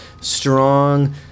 strong